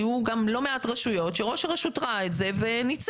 היו גם לא מעט רשויות שראש הרשות ראה את זה וניצל.